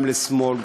גם לשמאל,